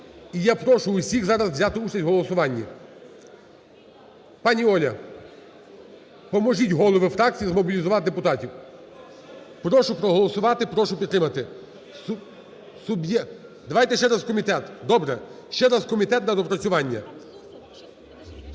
І я прошу усіх зараз взяти участь в голосуванні. Пані Оля, поможіть головам фракцій змобілізувати депутатів. Прошу проголосувати. Прошу підтримати. Давайте ще раз в комітет? Добре. Ще раз в комітет на доопрацювання.